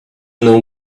know